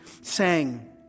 sang